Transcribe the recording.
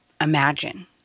imagine